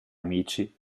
amici